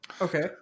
Okay